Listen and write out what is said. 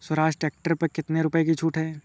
Swaraj tractor पर कितनी रुपये की छूट है?